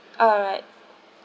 alright